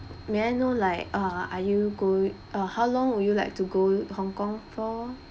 may I know like uh are you going uh how long would you like to go hong kong for